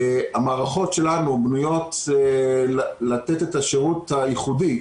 המערכות שלנו בנויות לתת את השירות הייחודי,